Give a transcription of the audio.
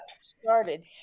started